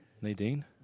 Nadine